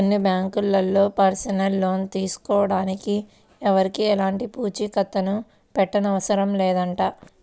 కొన్ని బ్యాంకుల్లో personal loan తీసుకోడానికి ఎవరికీ ఎలాంటి పూచీకత్తుని పెట్టనవసరం లేదంట